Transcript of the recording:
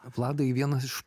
vladai vienas iš